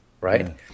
right